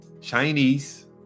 Chinese